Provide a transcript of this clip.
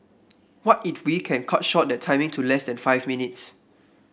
what if we can cut short that timing to less than five minutes